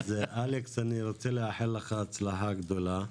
אלכס, אני רוצה לאחל לך הצלחה גדולה.